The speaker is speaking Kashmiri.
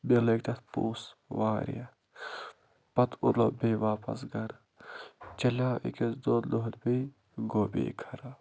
مےٚ لٲگۍ تَتھ پونٛسہٕ واریاہ پتہٕ اوٚن بیٚیہِ واپَس گَرٕ چَلیو أکِس دۄن دۄہَن بیٚیہِ گوٚو بیٚیہِ خراب